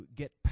get